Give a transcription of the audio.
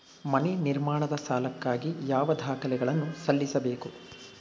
ಮನೆ ನಿರ್ಮಾಣದ ಸಾಲಕ್ಕಾಗಿ ಯಾವ ದಾಖಲೆಗಳನ್ನು ಸಲ್ಲಿಸಬೇಕು?